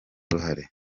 uruhare